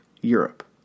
Europe